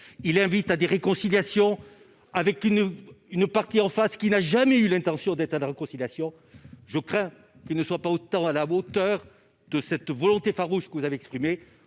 il invite à des réconciliations avec qui nous une partie en face qui n'a jamais eu l'intention d'être à la réconciliation, je crains qu'il ne soit pas autant à la hauteur de cette volonté farouche que vous avez exprimées